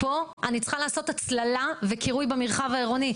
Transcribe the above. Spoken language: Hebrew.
או "פה אני צריכה לעשות הצללה וקירוי במרחב העירוני".